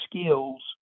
skills